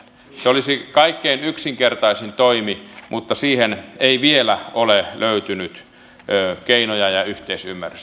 se olisi kaikkein yksinkertaisin toimi mutta siihen ei vielä ole löytynyt keinoja ja yhteisymmärrystä